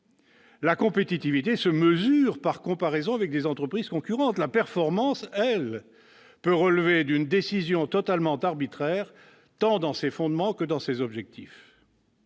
la compétitivité se mesure par comparaison avec les entreprises concurrentes. La performance, elle, peut relever d'une décision totalement arbitraire, tant dans ses fondements que dans ses objectifs.